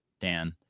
dan